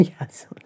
yes